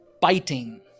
Biting